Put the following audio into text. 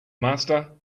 master